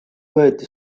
võeti